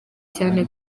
cyane